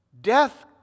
death